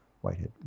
Whitehead